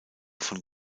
von